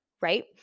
right